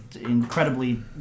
incredibly